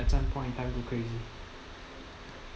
at some point of time go crazy